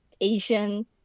Asian